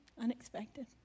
unexpected